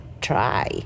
try